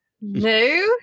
No